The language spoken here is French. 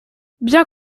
bien